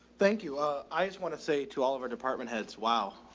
thank you. ah, i just want to say to all of our department heads, wow.